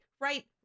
right